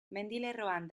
mendilerroan